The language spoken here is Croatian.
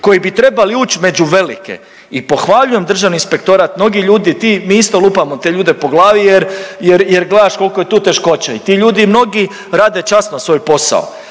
koji bi trebali ući među velike. I pohvaljujem Državni inspektorat mnogi ljudi ti, mi isto lupamo te ljude po glavi jer, jer gledaš koliko je tu teškoća i ti ljudi mnogi rade časno svoj posao,